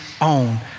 own